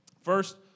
First